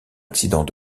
accident